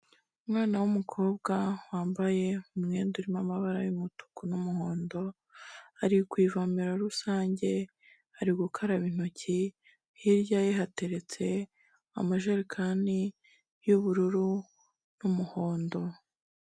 Umwana w'umukobwa wambaye umwenda urimo amabara y'umutuku n'umuhondo, ari ku ivomero rusange, ari gukaraba intoki, hirya ye hateretse amajerekani y'ubururu n'umuhondo.